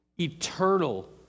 eternal